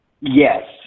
Yes